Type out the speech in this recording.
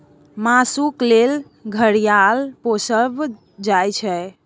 मासुक लेल घड़ियाल पोसल जाइ छै